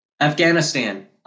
Afghanistan